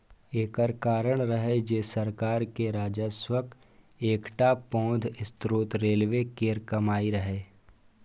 एकर कारण रहै जे सरकार के राजस्वक एकटा पैघ स्रोत रेलवे केर कमाइ रहै